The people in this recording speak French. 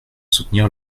soutenir